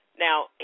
Now